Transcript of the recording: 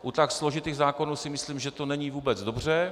U tak složitých zákonů si myslím, že to není vůbec dobře.